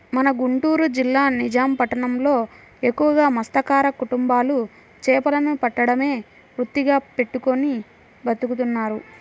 మన గుంటూరు జిల్లా నిజాం పట్నంలో ఎక్కువగా మత్స్యకార కుటుంబాలు చేపలను పట్టడమే వృత్తిగా పెట్టుకుని బతుకుతున్నారు